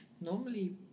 Normally